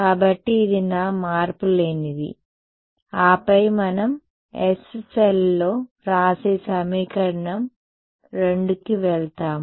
కాబట్టి ఇది నా మార్పులేనిది ఆపై మనం s సెల్లో వ్రాసే సమీకరణం 2కి వెళ్తాము